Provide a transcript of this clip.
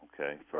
Okay